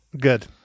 Good